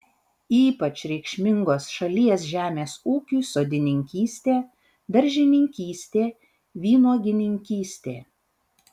ypač reikšmingos šalies žemės ūkiui sodininkystė daržininkystė vynuogininkystė